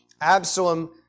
Absalom